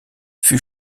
fut